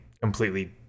completely